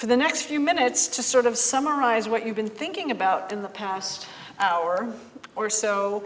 for the next few minutes to sort of summarize what you've been thinking about in the past hour or so